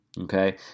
Okay